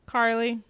Carly